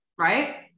right